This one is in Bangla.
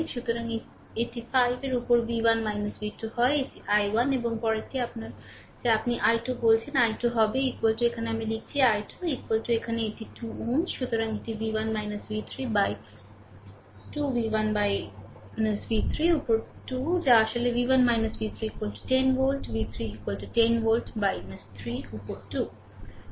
সুতরাং এটি 5 এর উপর v1 v2 হয় এটি i1 এবং পরেরটি আপনার যা আপনি i2 বলছেন i2 হবে এখানে আমি লিখছি i2 এখানে এটি 2 Ω সুতরাং এটি v1 v 3 উপর 2 v1 v 3 উপর 2 যা আসলে v1 v3 10 volt v3 10 volt 3 উপর 2